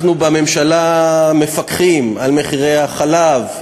אנחנו בממשלה מפקחים על מחירי החלב,